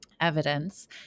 evidence